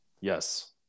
Yes